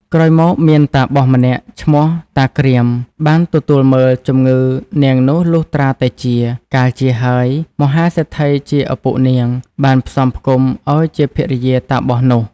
ក្រោយមកមានតាបសម្នាក់ឈ្មោះតា គ្រាម បានទទួលមើល ជំងឺនាងនោះលុះត្រាតែជា កាលជាហើយ មហាសេដ្ឋីជាឪពុកនាង បានផ្សំផ្គុំឱ្យជាភរិយាតាបសនោះ ។